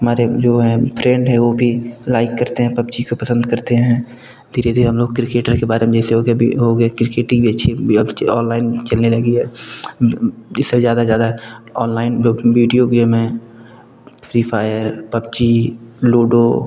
हमारे जो हैं फ्रेंड हैं वो भी लाइक करते हैं पबजी को पसंद करते हैं धीरे धीरे हम लोग क्रिकेटर के बारे में जैसे हो गया हो गया क्रिकेटिंग भी अच्छी ऑनलाइन चलने लगी है इससे ज़्यादा से ज़्यादा ऑनलाइन वीडियो गेम है फ्री फायर पबजी लुडो